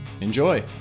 Enjoy